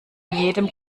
jedem